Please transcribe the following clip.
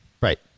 right